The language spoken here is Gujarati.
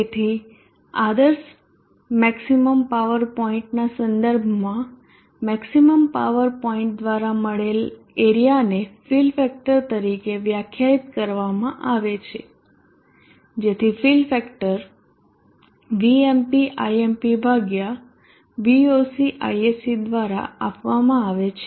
તેથી આદર્શ મેક્ષીમમ પાવર પોઇન્ટના સંદર્ભમાં મેક્ષીમમ પાવર પોઇન્ટ દ્વારા મળેલ એરીયાને ફીલ ફેક્ટર તરીકે વ્યાખ્યાયિત કરવામાં આવે છે જેથી ફીલ ફેક્ટર Vmp Imp ભાગ્યા Voc Isc દ્વારા આપવામાં આવે છે